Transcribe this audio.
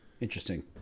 Interesting